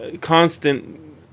constant